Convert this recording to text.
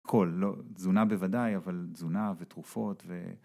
כל, תזונה בוודאי, אבל תזונה ותרופות ו...